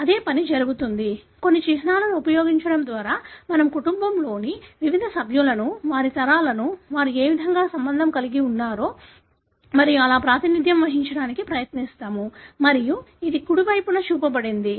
అదే పని జరుగుతుంది కొన్ని చిహ్నాలను ఉపయోగించడం ద్వారా మనము కుటుంబంలోని వివిధ సభ్యులను వారి తరాలను వారు ఏ విధంగా సంబంధం కలిగి ఉంటారో మరియు అలా ప్రాతినిధ్యం వహించడానికి ప్రయత్నిస్తాము మరియు ఇది కుడి వైపున చూపబడింది